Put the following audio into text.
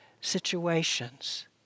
situations